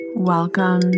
Welcome